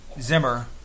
Zimmer